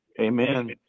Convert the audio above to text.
Amen